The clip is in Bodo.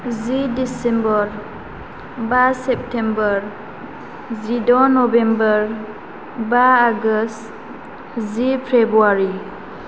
जि दिसेम्बर बा सेपटेम्बर जिद' नबेम्बर बा आगस्त' जि फेब्रुवारि